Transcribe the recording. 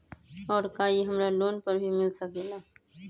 और का इ हमरा लोन पर भी मिल सकेला?